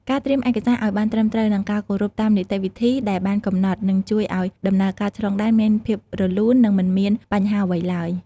ការត្រៀមឯកសារឱ្យបានត្រឹមត្រូវនិងការគោរពតាមនីតិវិធីដែលបានកំណត់នឹងជួយឱ្យដំណើរការឆ្លងដែនមានភាពរលូននិងមិនមានបញ្ហាអ្វីឡើយ។